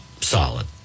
solid